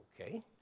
okay